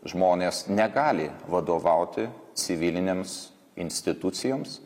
žmonės negali vadovauti civilinėms institucijoms